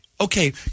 Okay